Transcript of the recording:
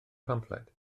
pamffled